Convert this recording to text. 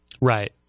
Right